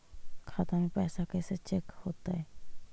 खाता में पैसा कैसे चेक हो तै?